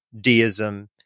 deism